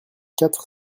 quatre